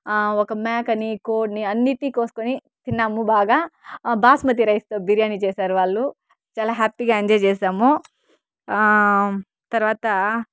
ఒక మేకని కోడ్ని అన్నిటి కోసుకొని తిన్నాము బాగా బాస్మతి రైస్తో బిర్యాని చేశారు వాళ్ళు చాలా హ్యాపీగా ఎంజాయ్ చేసాము తర్వాతా